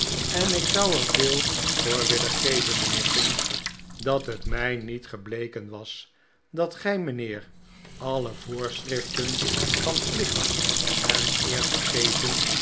en ik zou er veel voor willen geven mijnheer pinch dat het mij niet gebleken was dat gij mijnheer alle voorschriften van plicht en eer vergetend